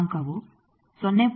25 ಆಗಿರುತ್ತದೆ ಅದು 0